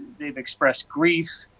they have expressed grief,